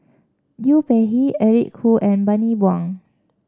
Liu Peihe Eric Khoo and Bani Buang